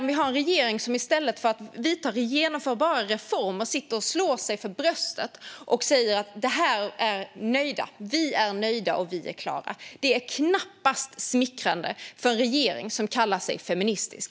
Vi har en regering som i stället för att vidta genomförbara reformer sitter och slår sig för bröstet och säger att vi är nöjda och klara. Det är knappast smickrande för en regering som kallar sig feministisk.